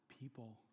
people